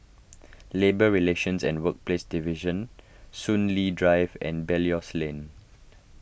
Labour Relations and Workplaces Division Soon Lee Drive and Belilios Lane